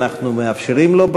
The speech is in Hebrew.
אנחנו מאפשרים לו,